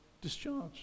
discharged